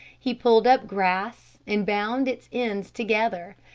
he pulled up grass and bound its ends together,